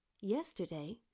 Yesterday